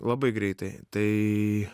labai greitai tai